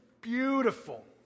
beautiful